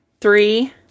three